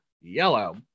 yellow